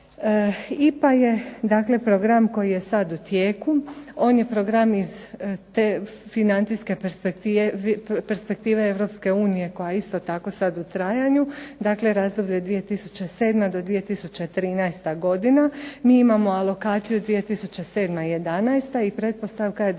dakle program koji je sad u tijeku, on je program iz te financijske perspektive Europske unije koja je isto tako sad u trajanju, dakle razdoblje 2007. do 2013. godina, mi imamo alokaciju 2007.-2011., i pretpostavka je da